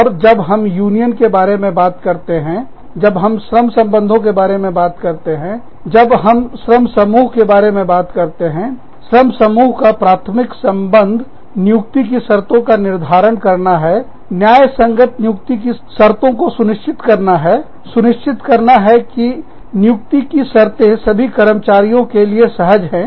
और जब हम यूनियन के बारे में बात करते हैं जब हम श्रम संबंधों के बारे में बात करते हैं जब हम श्रम समूह के बारे में बात करते हैं श्रम समूहों का प्राथमिक संबंध नियुक्ति की शर्तों का निर्धारण करना है न्यायसंगत नियुक्ति की शर्तों को सुनिश्चित करनासुनिश्चित करना कि नियुक्ति की शर्तें सभी कर्मचारियों के लिए सहज है